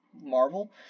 Marvel